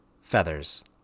feathers